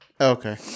Okay